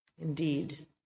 Indeed